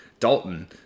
Dalton